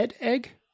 Egg